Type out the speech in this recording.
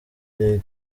league